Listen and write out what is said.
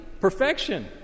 Perfection